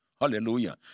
Hallelujah